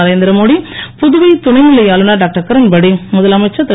நரேந்திரமோடி புதுவை துணைநிலை ஆளுநர் டாக்டர் கிரண்பேடி முதலமைச்சர் திரு